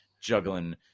juggling